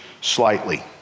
slightly